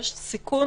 יש סיכון